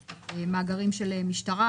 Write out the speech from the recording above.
מה למשל לגבי מאגרים של המשטרה,